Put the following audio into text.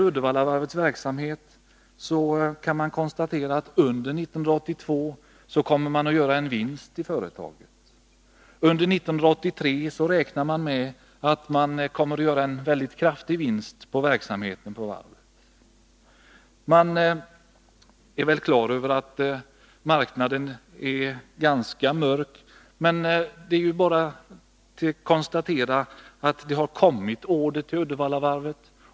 Uddevallavarvet har gått med vinst under 1982, och för 1983 räknar företaget med en kraftig vinst på varvsverksamheten. Man är väl klar över att marknaden är ganska mörk, men det har kommit in order till varvet.